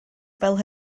fel